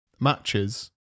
matches